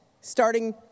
starting